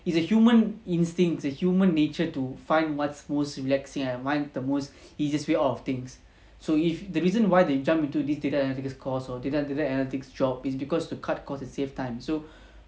is a human instinct is a human nature to find what's most relaxing and find the most easiest way out of things so if the reason why they jump into this data analytics course or data analytics job is because to cut cost and save time so